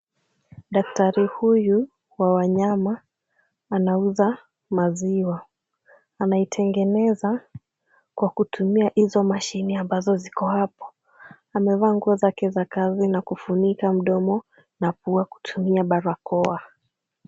Daktari huyu wa wanyama anauza maziwa. Anaitengeneza kwa kutumia hizo mashini ambazo ziko hapo. Amevaa nguo zake za kazi na kufunika mdomo na pua kutumia barakoa.